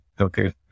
Okay